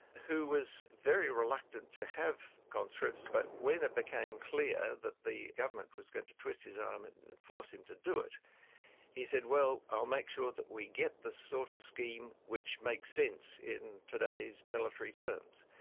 who was very reluctant to have conscripts. but when it became clear that the government was going to twist his arm and and and force him to do it he said, well, i'll make sure that we get the sort of scheme which makes sense in today's military terms.